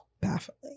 baffling